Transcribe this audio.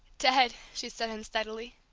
dead! she said unsteadily.